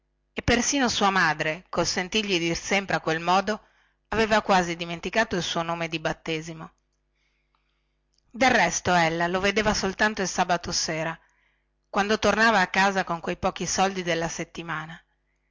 e persino sua madre col sentirgli dir sempre a quel modo aveva quasi dimenticato il suo nome di battesimo del resto ella lo vedeva soltanto il sabato sera quando tornava a casa con quei pochi soldi della settimana